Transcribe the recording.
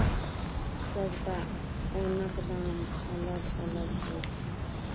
सबटा ओनक दाम अलग अलग होइ छै